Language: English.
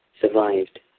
survived